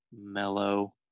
mellow